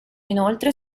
inoltre